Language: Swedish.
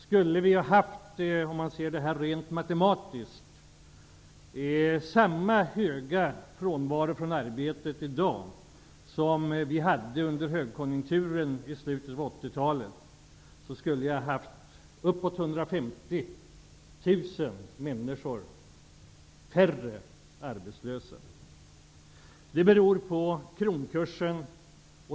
Om vi tittar på frågan om frånvaron rent matematiskt, kan vi konstatera att om vi hade samma höga frånvaro från arbetet i dag som vi hade under högkonjunkturen i slutet av 1980-talet, skulle det ha varit närmare 150 000 färre människor arbetslösa i dag. Det beror vidare på kronkursen.